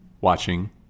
watching